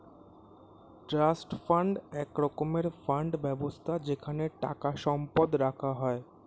trust fund এক রকমের fund ব্যবস্থা যেখানে টাকা সম্পদ রাখা হয়